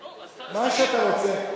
מה שאתה רוצה.